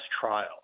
trial